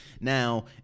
Now